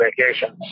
vacations